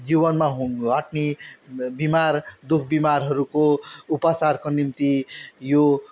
जीवनमा घटने बिमार दुखबिमारहरूको उपचारको निम्ति यो